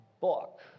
book